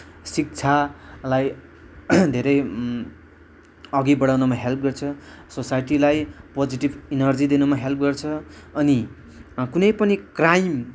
शिक्षालाई धेरै अघि बढाउनमा हेल्प गर्छ सोसाइटीलाई पोजिटिभ एनर्जी दिनमा हेल्प गर्छ अनि कुनै पनि क्राइम